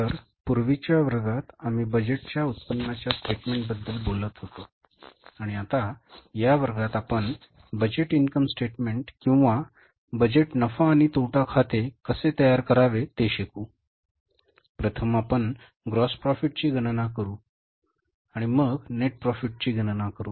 तर पूर्वीच्या वर्गात आम्ही बजेटच्या उत्पन्नाच्या स्टेटमेंटबद्दल बोलत होतो आणि आता या वर्गात आपण बजेट इन्कम स्टेटमेंट किंवा बजेट नफा आणि तोटा खाते कसे तयार करावे ते शिकू प्रथम आपण gross profit ची गणना करू आणि मग net profit ची गणना करू